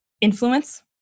influence